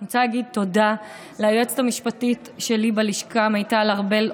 אני רוצה להגיד תודה ליועצת המשפטית שלי בלשכה מיטל ארבל,